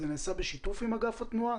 זה נעשה בשיתוף עם אגף התנועה?